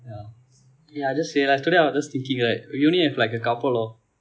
ya just realised today I was just thinking right we only have like a couple of